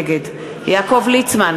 נגד יעקב ליצמן,